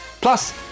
Plus